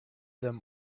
them